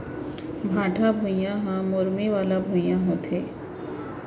भाठा भुइयां ह मुरमी वाला भुइयां होथे